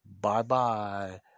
Bye-bye